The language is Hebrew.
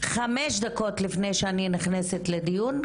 חמש דקות לפני שאני נכנסת לדיון,